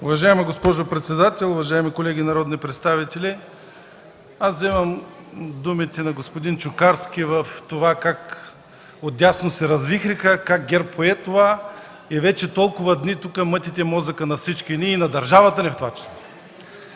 Уважаема госпожо председател, уважаеми колеги народни представители! Вземам думите на господин Чукарски за това как отдясно се развихриха, как ГЕРБ пое това и вече толкова дни мътите мозъка на всички нас и на държавата, в това число.